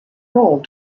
role